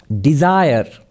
desire